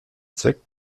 zweck